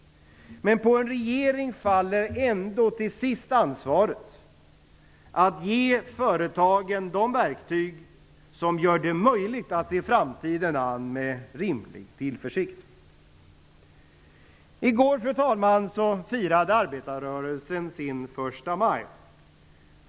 Men på en regering faller ändå till sist ansvaret att ge företagen de verktyg som gör det möjligt att se framtiden an med rimlig tillförsikt. I går, fru talman, firade arbetarrörelsen sin första maj.